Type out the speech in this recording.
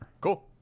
Cool